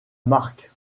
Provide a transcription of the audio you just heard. marque